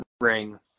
ring